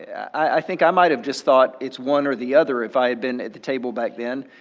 i think i might have just thought it's one or the other if i had been at the table back then?